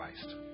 Christ